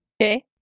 Okay